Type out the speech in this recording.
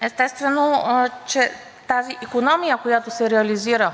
Естествено, че тази икономия, която се реализира